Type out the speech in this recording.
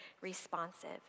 responsive